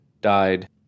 died